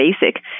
Basic